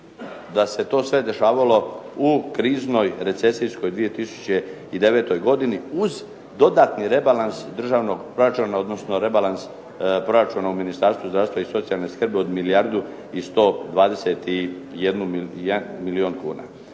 da se to sve dešavalo u kriznoj recesijskoj 2009. godini uz dodatni rebalans državnog proračuna, odnosno rebalans proračuna u Ministarstvu zdravstva i socijalne skrbi od milijardu i 121 milijun kuna.